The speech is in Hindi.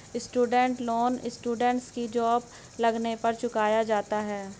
स्टूडेंट लोन स्टूडेंट्स की जॉब लगने पर चुकाया जाता है